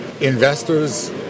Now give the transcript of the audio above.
investors